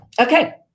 okay